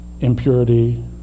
impurity